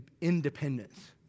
independence